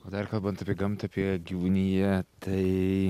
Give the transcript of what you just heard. o dar kalbant apie gamtą apie gyvūniją tai